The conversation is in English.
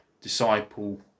disciple